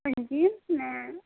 جی میں